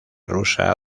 rusa